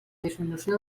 disminució